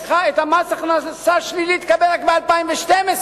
את מס ההכנסה השלילי תקבל רק ב-2012.